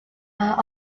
are